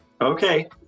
okay